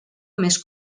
més